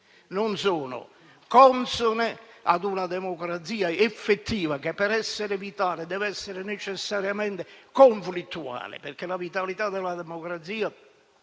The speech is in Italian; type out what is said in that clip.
non sono consone ad una democrazia effettiva che, per essere vitale, deve essere necessariamente conflittuale. La vitalità della democrazia,